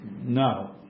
No